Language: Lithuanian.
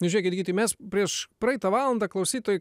nu žiūrėkit gyti mes prieš praeitą valandą klausytojai